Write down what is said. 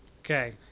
Okay